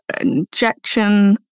injection